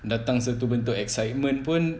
datang satu benda excitement pun